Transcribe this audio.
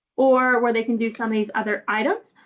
or where they can do some of these other items.